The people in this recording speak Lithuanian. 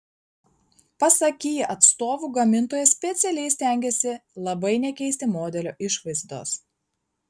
pasak kia atstovų gamintojas specialiai stengėsi labai nekeisti modelio išvaizdos